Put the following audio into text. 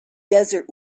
desert